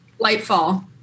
Lightfall